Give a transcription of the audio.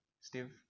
Steve